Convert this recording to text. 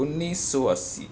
انیس سو اسّی